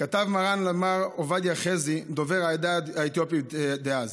כתב מרן למר עובדיה חזי, דובר העדה האתיופית דאז,